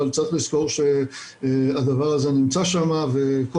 אבל צריך לזכור שהדבר הזה נמצא שם וכל